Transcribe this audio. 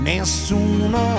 Nessuno